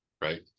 Right